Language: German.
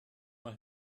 mal